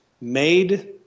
made